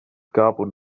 garbled